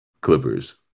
Clippers